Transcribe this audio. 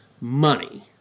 Money